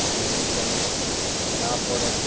জিনিসই যেন না পড়ে